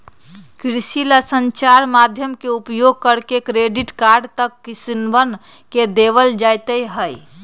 कृषि ला संचार माध्यम के उपयोग करके क्रेडिट कार्ड तक किसनवन के देवल जयते हई